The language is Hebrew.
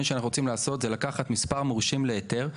שאנחנו רוצים לעשות זה לקחת מספר מורשים להיתר,